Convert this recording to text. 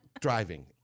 driving